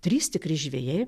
trys tikri žvejai